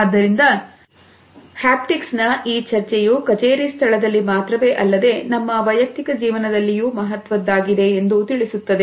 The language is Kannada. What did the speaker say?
ಆದ್ದರಿಂದ ಹ್ಯಾಪ್ಟಿಕ್ಕ್ಸ್ನ ಈ ಚರ್ಚೆಯು ಕಚೇರಿ ಸ್ಥಳದಲ್ಲಿ ಮಾತ್ರವೇ ಅಲ್ಲದೆ ನಮ್ಮ ವೈಯಕ್ತಿಕ ಜೀವನದಲ್ಲಿಯು ಮಹತ್ವದಾಗಿದೆ ಎಂದು ತಿಳಿಸುತ್ತದೆ